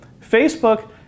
Facebook